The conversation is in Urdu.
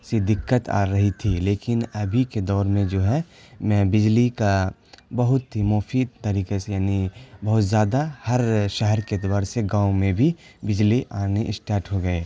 سی دقت آ رہی تھی لیکن ابھی کے دور میں جو ہے میں بجلی کا بہت ہی مفید طریقے سے یعنی بہت زیادہ ہر شہر کے اعتبار سے گاؤں میں بھی بجلی آنے اسٹارٹ ہو گئے